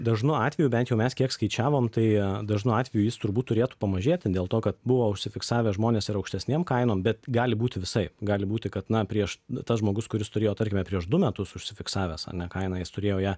dažnu atveju bent jau mes kiek skaičiavom tai dažnu atveju jis turbūt turėtų pamažėti dėl to kad buvo užsifiksavę žmonės ir aukštesnėm kainom bet gali būt visaip gali būti kad na prieš tas žmogus kuris turėjo tarkime prieš du metus užsifiksavęs ane kainą jis turėjo ją